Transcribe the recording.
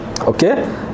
Okay